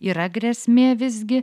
yra grėsmė visgi